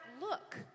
look